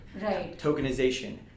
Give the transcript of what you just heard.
tokenization